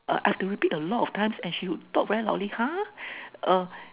err I have to repeat a lot of times and she would talk very loudly !huh! err